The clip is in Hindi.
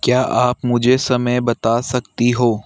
क्या आप मुझे समय बता सकती हो